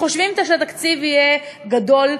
כשחושבים שהתקציב יהיה גדול,